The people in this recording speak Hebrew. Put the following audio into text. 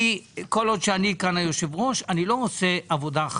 כל עוד שאני היושב-ראש כאן אני לא רוצה עבודה חפיף.